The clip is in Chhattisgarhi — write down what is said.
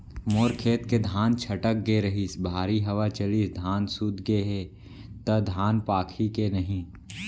मोर खेत के धान छटक गे रहीस, भारी हवा चलिस, धान सूत गे हे, त धान पाकही के नहीं?